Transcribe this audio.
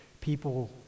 people